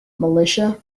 militia